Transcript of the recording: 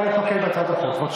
בואו נתמקד בהצעת החוק.